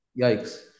yikes